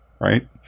right